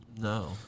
No